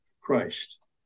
Christ